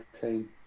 team